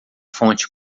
fonte